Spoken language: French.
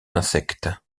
insectes